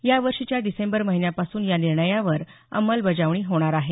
या वर्षीच्या डिसेंबर महिन्यापासून या निर्णयावर अंमलबजावणी होणार आहे